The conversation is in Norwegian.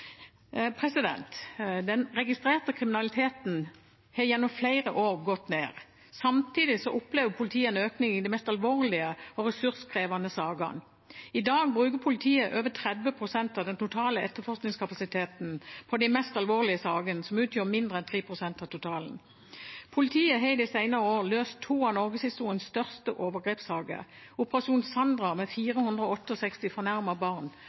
Den registrerte kriminaliteten har gjennom flere år gått nedover. Samtidig opplever politiet en økning i de mest alvorlige og ressurskrevende sakene. I dag bruker politiet over 30 pst. av den totale etterforskningskapasiteten på de mest alvorlige sakene, som utgjør mindre enn 3 pst. av totalen. Politiet har de senere år løst to av norgeshistoriens største overgrepssaker – operasjon «Sandra» med 468 fornærmede barn, og